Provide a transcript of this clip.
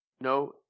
No